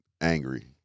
angry